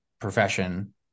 profession